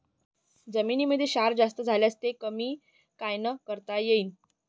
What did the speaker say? जमीनीमंदी क्षार जास्त झाल्यास ते कमी कायनं करता येईन?